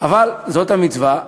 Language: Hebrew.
אבל זאת המצווה.